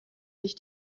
dich